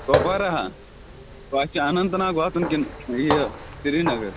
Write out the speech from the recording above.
کۄپواراہا گوٚو اَسہِ چھُ اننت ناگ واتُن کِنۍ یہِ سیرینگٕر